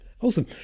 awesome